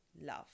love